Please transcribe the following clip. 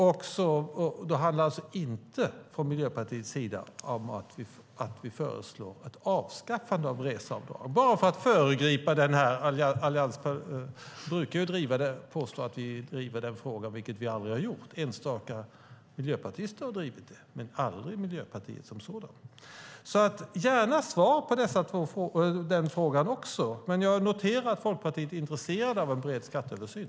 Det handlar alltså inte från Miljöpartiets sida om att vi föreslår ett avskaffande av reseavdragen - bara för att föregripa en sådan fråga. Allianspartierna brukar påstå att vi driver den frågan, vilket vi aldrig har gjort. Enstaka miljöpartister har drivit den, men aldrig Miljöpartiet som sådant. Svara gärna på den frågan. Jag noterar att Folkpartiet är intresserat av en bred skatteöversyn.